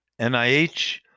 NIH